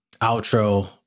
outro